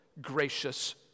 gracious